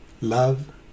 love